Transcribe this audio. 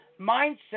mindset